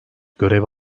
görev